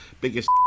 biggest